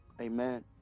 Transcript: Amen